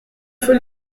faut